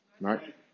right